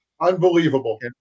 Unbelievable